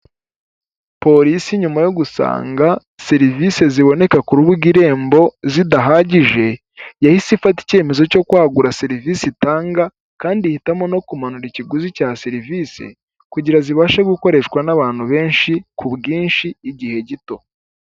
Polisi nyuma yo gusanga serivise ziboneka ku rubuga irembo zidahagije, yahise ifata icyemezo cyo kwagura serivise itanga kandi ihitamo no kumanura ikiguzi cya serivise kugira zibashe gukoreshwa n'abantu benshi kubwishi igihe gito.